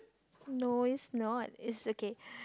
no it's not it's okay